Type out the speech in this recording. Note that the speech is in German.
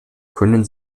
können